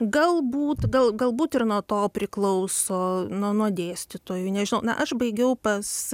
galbūt gal galbūt ir nuo to priklauso nu nuo dėstytojų nežinau na aš baigiau pas